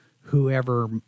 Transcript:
whoever